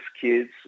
kids